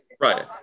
right